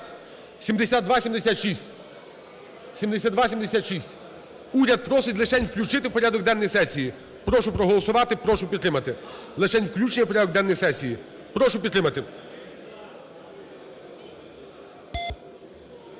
так, (7276). Уряд просить лишень включити в порядок денний сесії. Прошу проголосувати, прошу підтримати. Лишень включення в порядок денний сесії. Прошу підтримати.